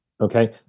okay